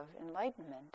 enlightenment